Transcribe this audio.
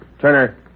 Turner